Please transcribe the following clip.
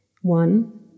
One